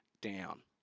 down